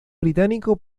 británico